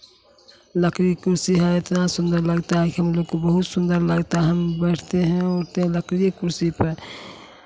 लकड़ी के कुर्सी है इतना सुंदर लगता है कि हमलोग को बहुत सुंदर लगता है हम बैठते हैं उठते हैं लकड़ीए के कुर्सी पर